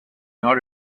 not